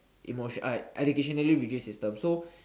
emotion uh educationally rigid system so